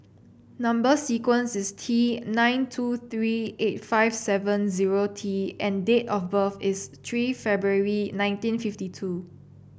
number sequence is T nine two three eight five seven zero T and date of birth is three February nineteen fifty two